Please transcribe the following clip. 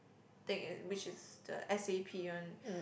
take it which is the s_a_p one